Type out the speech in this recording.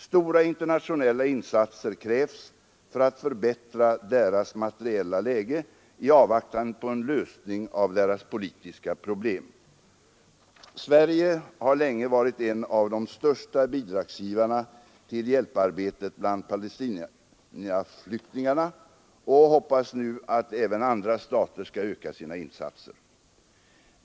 Stora internationella insatser krävs för att förbättra deras materiella läge i avvaktan på en lösning av deras politiska problem. Sverige har länge varit en av de största bidragsgivarna till hjälparbetet bland Palestinaflyktingarna och hoppas nu att även andra stater skall öka sina insatser.